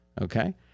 okay